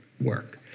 work